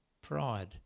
pride